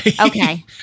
Okay